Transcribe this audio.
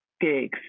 gigs